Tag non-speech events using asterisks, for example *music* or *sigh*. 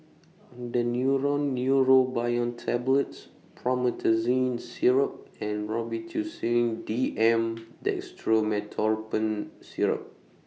*hesitation* Daneuron Neurobion Tablets Promethazine Syrup and Robitussin D M Dextromethorphan Syrup